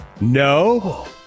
No